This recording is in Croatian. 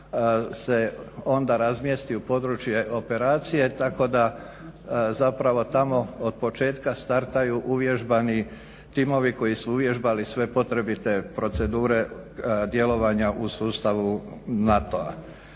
se onda razmjesti u područje operacije tako da zapravo tamo otpočetka startaju uvježbani timovi koji su uvježbali sve potrebite procedure djelovanja u sustavu NATO-a.